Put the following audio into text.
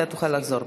אתה תוכל לחזור.